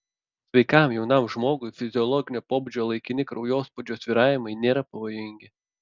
sveikam jaunam žmogui fiziologinio pobūdžio laikini kraujospūdžio svyravimai nėra pavojingi